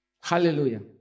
Hallelujah